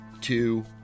two